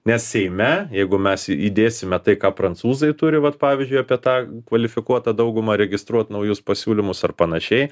nes seime jeigu mes įdėsime tai ką prancūzai turi vat pavyzdžiui apie tą kvalifikuotą daugumą registruot naujus pasiūlymus ar panašiai